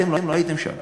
אתם לא הייתם שם,